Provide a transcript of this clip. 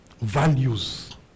values